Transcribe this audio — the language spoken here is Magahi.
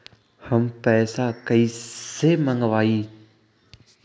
हम पैसा कईसे मंगवाई?